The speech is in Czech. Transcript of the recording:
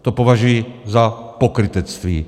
To považuji za pokrytectví.